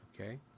Okay